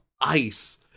ice